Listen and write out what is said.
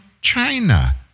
China